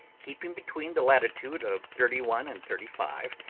keeping between the latitude of thirty one and thirty five,